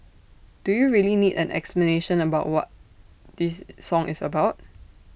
do you really need an explanation about what this song is about